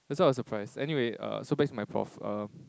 that's was surprise anyway uh so back to my prof uh